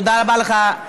תודה רבה לך,